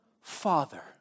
Father